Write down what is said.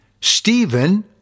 Stephen